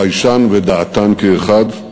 ביישן ודעתן כאחד.